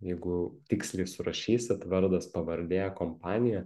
jeigu tiksliai surašysit vardas pavardė kompanija